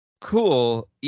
Cool